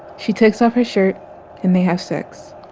she takes off her shirt and they have sex.